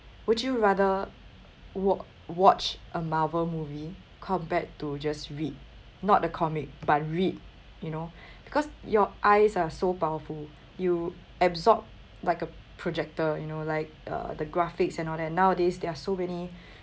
would you rather wat~ watch a marvel movie compared to just read not the comic but read you know because your eyes are so powerful you absorb like a projector you know like uh the graphics and all that nowadays there are so many